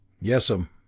Yes'm